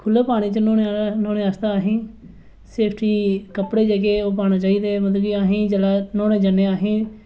खु'ल्ले पानी च न्हौने आस्तै असेंगी सेफ्टी कपड़े जेह्के ओह् पाने चाहिदे मतलब असेंगी जेल्लै न्हौने गी जन्ने आं असेंगी